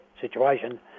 situation